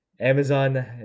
Amazon